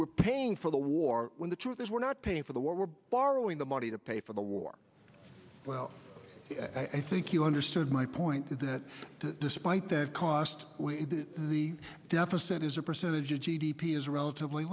we're paying for the war when the truth is we're not paying for the war we're borrowing the money to pay for the war well i think you understand my point that despite the cost the deficit is a percentage of g d p is relatively